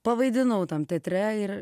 pavaidinau tam teatre ir